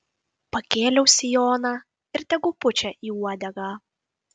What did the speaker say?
pakėliau sijoną ir tegu pučia į uodegą